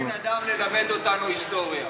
אתה לא הבן-אדם ללמד אותנו היסטוריה.